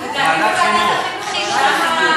לדעתי ועדת החינוך.